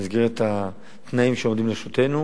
במסגרת התנאים שעומדים לרשותנו.